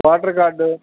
voter card